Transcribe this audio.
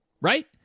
Right